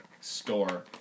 Store